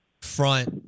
front